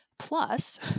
Plus